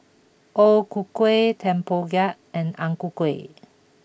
O Ku Kueh Tempoyak and Ang Ku Kueh